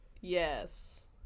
Yes